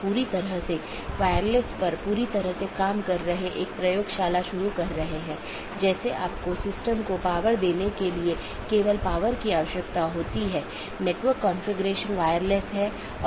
तो इसके लिए कुछ आंतरिक मार्ग प्रोटोकॉल होना चाहिए जो ऑटॉनमस सिस्टम के भीतर इस बात का ध्यान रखेगा और एक बाहरी प्रोटोकॉल होना चाहिए जो इन चीजों के पार जाता है